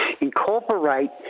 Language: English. incorporate